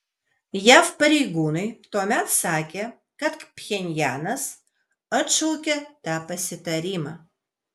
jav pareigūnai tuomet sakė kad pchenjanas atšaukė tą pasitarimą